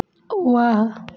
वाह